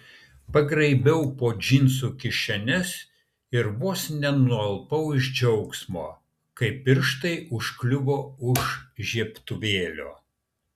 pagraibiau po džinsų kišenes ir vos nenualpau iš džiaugsmo kai pirštai užkliuvo už žiebtuvėlio